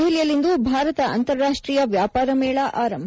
ದೆಹಲಿಯಲ್ಲಿಂದು ಭಾರತ ಅಂತಾರಾಷ್ಟ್ರೀಯ ವ್ಯಾಪಾರ ಮೇಳ ಆರಂಭ